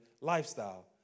lifestyle